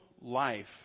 life